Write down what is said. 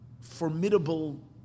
formidable